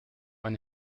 eine